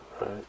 right